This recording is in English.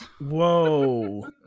Whoa